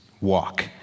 walk